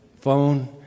phone